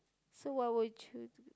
so what would you do